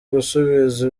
gusubiza